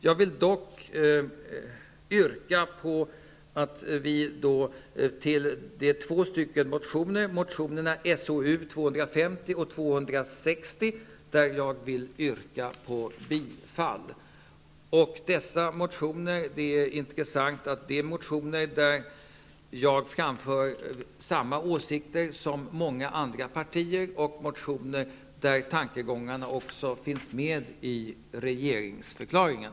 Jag vill dock yrka bifall till motionerna SoU250 och SoU260. Dessa motioner är intressanta eftersom de framför samma åsikter som många andra partier, och då deras tankegångar också finns med i regeringsförklaringen.